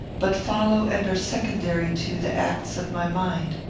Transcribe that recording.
but follow and are secondary to, the acts of my mind.